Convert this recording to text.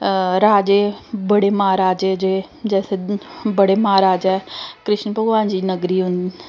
राजे बड़े महाराजे जेह् जैसे बड़े महाराजा कृष्ण भगवान दी नगरी